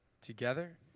Together